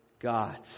God